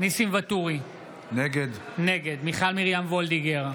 ניסים ואטורי, נגד מיכל מרים וולדיגר,